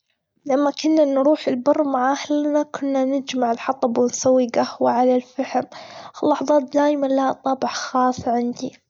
لما كنا نروح البر مع أهلنا كنا نتجمع والحطب، ونسوي جهوة على الفحم في لحظات دايمًا لها طبع خاص عندي.